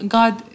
God